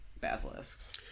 basilisks